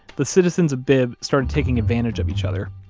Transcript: the citizens of bibb started taking advantage of each other,